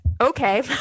okay